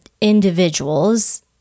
individuals